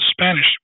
Spanish